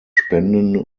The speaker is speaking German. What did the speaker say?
spenden